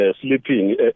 sleeping